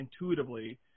intuitively